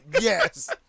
Yes